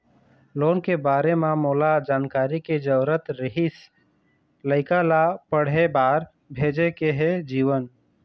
loan के बारे म मोला जानकारी के जरूरत रीहिस, लइका ला पढ़े बार भेजे के हे जीवन